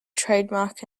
trademark